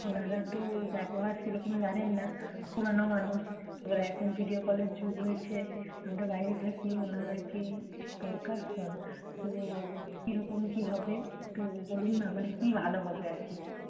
ওনারা তো ব্যবহার সেরকম জানেন না পুরনো মানুষ এবার এখন ভিডিও কলের যুগ হয়েছে আমরা বাইরে থাকি ওনার আর কি দরকার ফোন তো কী রকম কী হবে একটু বলুন না মানে কী ভালো হবে আর কি